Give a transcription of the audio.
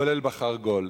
כולל ב"חרגול".